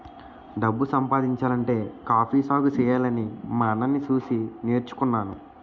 డబ్బు సంపాదించాలంటే కాఫీ సాగుసెయ్యాలని మా అన్నని సూసి నేర్చుకున్నాను